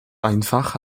einfach